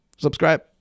Subscribe